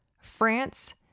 France